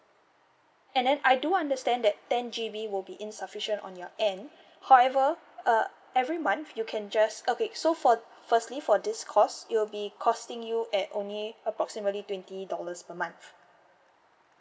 and then I do understand that ten G_B will be insufficient on your end however uh every month you can just okay so for firstly for this cost it'll be costing you at only approximately twenty dollars per month